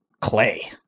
clay